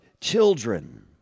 children